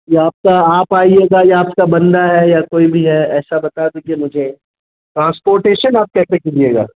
یا آپ کا آپ آئیے گا یا آپ کا بندہ ہے یا کوئی بھی ہے ایسا بتا دیجیے مجھے ٹرانسپورٹیشن آپ کیسے کیجیے گا